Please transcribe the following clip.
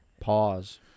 Pause